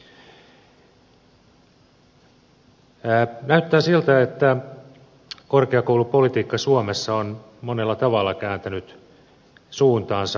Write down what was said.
näyttää siltä että korkeakoulupolitiikka suomessa on monella tavalla kääntänyt suuntaansa